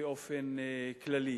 באופן כללי,